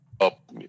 up